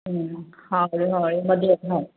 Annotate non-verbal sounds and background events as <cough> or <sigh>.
ꯎꯝ <unintelligible>